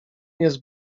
jest